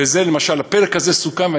ולמשל הפרק הזה סוכם.